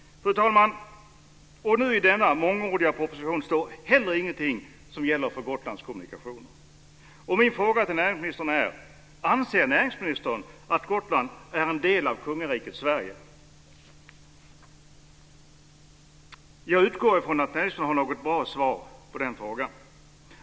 Fru talman! Inte heller i denna mångordiga proposition står det någonting om Gotlands kommunikationer. Min fråga till näringsministern är: Anser näringsministern att Gotland är en del av konungariket Sverige? Jag utgår från att näringsministern har ett bra svar på den frågan.